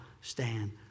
stand